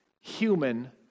human